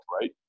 right